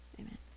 amen